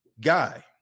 guy